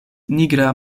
nigra